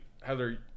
Heather